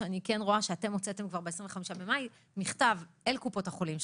שאני רואה שאתם הוצאתם כבר ב-25 במאי מכתב אל קופות החולים,